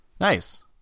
nice